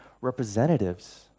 representatives